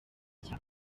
cya